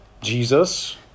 Jesus